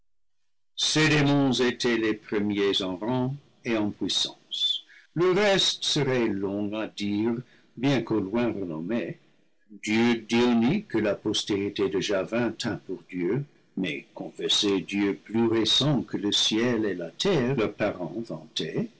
étaient les premiers en rang et en puissance le reste serait long à dire bien qu'au loin renommé dieux d'ionie que la postérité de javan tint pour dieux mais confessés dieux plus récents que le ciel et la terre leurs parents vantés